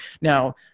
Now